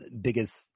biggest